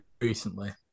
recently